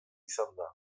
izanda